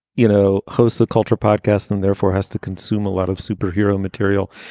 you know, hosts a culture podcast and therefore has to consume a lot of superhero material.